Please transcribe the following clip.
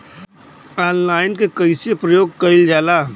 Online के कइसे प्रयोग कइल जाला?